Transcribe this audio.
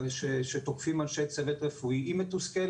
אירוע פלילי,